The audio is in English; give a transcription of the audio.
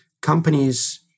companies